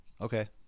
Okay